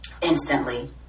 Instantly